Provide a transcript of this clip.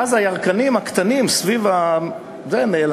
ואז הירקנים הקטנים מסביב נעלמים,